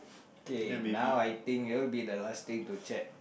okay now I think you will be the last thing to check